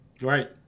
Right